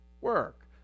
work